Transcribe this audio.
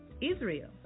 Israel